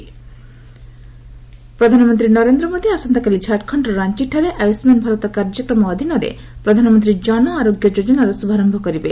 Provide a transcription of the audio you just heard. PM PMJAY ପ୍ରଧାନମନ୍ତ୍ରୀ ନରେନ୍ଦ୍ର ମୋଦି ଆସନ୍ତାକାଲି ଝାଡଖଣ୍ଡର ରାଞ୍ଚଠାରେ ଆୟୁଷ୍ମାନ ଭାରତ କାର୍ଯ୍ୟକ୍ରମ ଅଧୀନରେ ପ୍ରଧାନମନ୍ତ୍ରୀ ଜନ ଆରୋଗ୍ୟ ଯୋଜନାର ଶ୍ରଭାରୟ କରିବେ